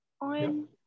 on